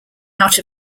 out